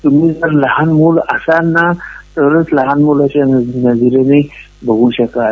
तुम्ही लहान मूल जर असाल ना तरच लहान मुलाच्या नजरेनं बघू शकाल